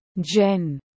Jen